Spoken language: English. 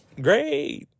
great